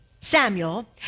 Samuel